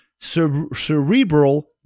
cerebral